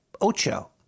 Ocho